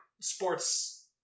sports